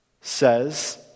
says